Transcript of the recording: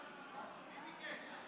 לא.